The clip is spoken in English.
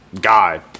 God